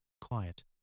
quiet